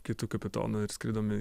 kitu kapitonu ir skridom į